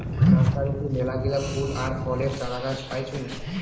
নার্সারিতে মেলাগিলা ফুল আর ফলের চারাগাছ পাইচুঙ